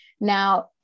Now